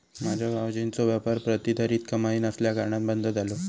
माझ्यो भावजींचो व्यापार प्रतिधरीत कमाई नसल्याकारणान बंद झालो